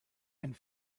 and